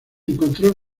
encontró